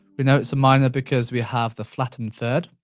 we know it's a minor because we have the flattened third.